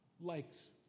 Likes